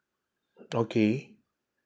okay